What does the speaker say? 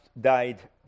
died